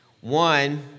One